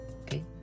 Okay